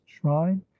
shrine